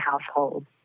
household